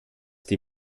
die